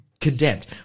condemned